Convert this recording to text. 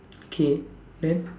okay then